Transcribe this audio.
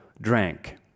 drank